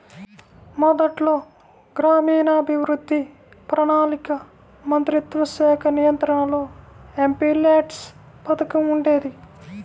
మొదట్లో గ్రామీణాభివృద్ధి, ప్రణాళికా మంత్రిత్వశాఖ నియంత్రణలో ఎంపీల్యాడ్స్ పథకం ఉండేది